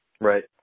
Right